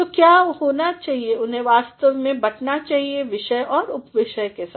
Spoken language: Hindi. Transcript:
तो क्या होनाहै उन्हें वास्तव में बांटना है विषयऔरउपविषयके साथ